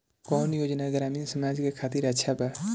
कौन योजना ग्रामीण समाज के खातिर अच्छा बा?